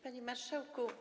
Panie Marszałku!